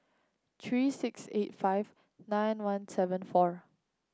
three six eight five nine one seven four